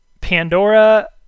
Pandora